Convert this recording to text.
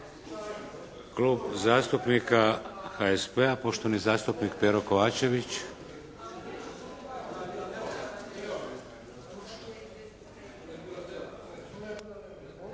Klub zastupnika HSP-a, poštovani zastupnik Pero Kovačević.